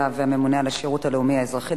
והשר הממונה על השירות הלאומי האזרחי,